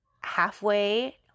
halfway